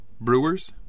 Brewers